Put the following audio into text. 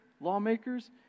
lawmakers